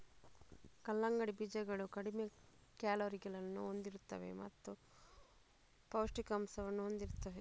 ಕಲ್ಲಂಗಡಿ ಬೀಜಗಳು ಕಡಿಮೆ ಕ್ಯಾಲೋರಿಗಳನ್ನು ಹೊಂದಿರುತ್ತವೆ ಮತ್ತು ಪೌಷ್ಠಿಕಾಂಶವನ್ನು ಹೊಂದಿರುತ್ತವೆ